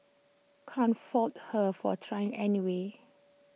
can't fault her for trying anyway